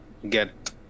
get